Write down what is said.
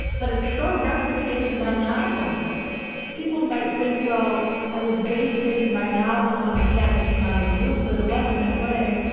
but it so replicated my novel people might think, well, i was basing my novel on the cat that came out of the woods, but it wasn't that way,